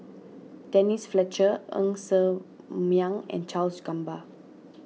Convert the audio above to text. Denise Fletcher Ng Ser Miang and Charles Gamba